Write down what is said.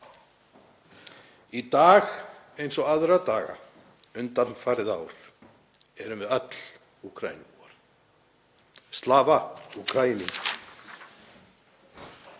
Í dag, eins og aðra daga undanfarið ár, erum við öll Úkraínubúar. Slava Ukraini.